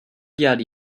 dělat